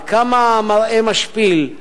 וכמה המראה משפיל,